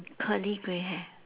curly grey hair